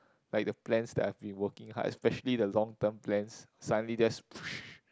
like the plans that I've been working hard especially the long term plans suddenly just